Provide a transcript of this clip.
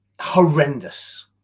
horrendous